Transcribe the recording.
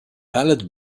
pallet